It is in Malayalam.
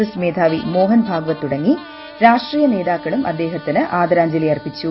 എസ് മേധാവി മോഹൻ ഭാഗവത് തുടങ്ങി രാഷ്ട്രീയ്ക് ന്നേതാക്കളും അദ്ദേഹത്തിന് ആദരാഞ്ജലി അർപ്പിച്ചു